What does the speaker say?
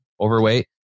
overweight